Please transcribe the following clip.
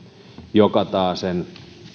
joka taasen